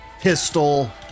pistol